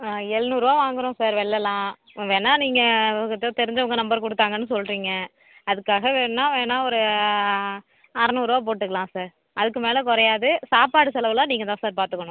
எழ்நூறுருவா வாங்குகிறோம் சார் வெள்லெலாம் வேணாம் நீங்கள் தெரிஞ்சவங்க நம்பர் கொடுத்தாங்கன்னு சொல்கிறீங்க அதுக்காக வேண்ணால் வேணால் ஒரு அறநூறு ருபா போட்டுக்கலாம் சார் அதுக்கு மேலே குறையாது சாப்பாடு செலவெல்லாம் நீங்கள் தான் சார் பார்த்துக்கணும்